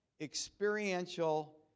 experiential